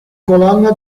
colonna